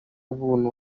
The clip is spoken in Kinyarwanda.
buntu